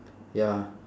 ya